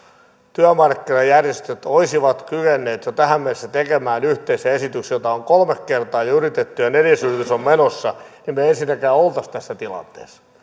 työmarkkinajärjestöt olisivat kyenneet jo tähän mennessä tekemään yhteisen esityksen jota on kolme kertaa jo yritetty ja neljäs yritys on menossa niin me emme ensinnäkään olisi tässä tilanteessa